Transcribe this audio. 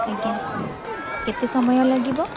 ଆଜ୍ଞା କେତେ ସମୟ ଲାଗିବ